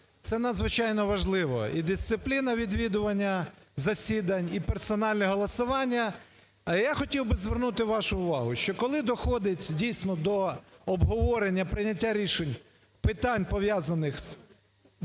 Це надзвичайно важливо – і дисципліна відвідування засідань, і персональне голосування. Я хотів би звернути вашу увагу, що коли доходить, дійсно, до обговорення і прийняття рішень питань, пов'язаних з молодь,